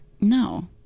no